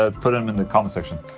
ah put them in the comment section.